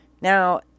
now